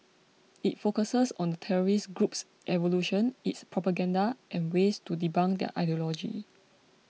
it focuses on the terrorist group's evolution its propaganda and ways to debunk their ideology